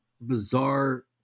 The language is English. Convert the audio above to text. bizarre